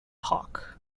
hawke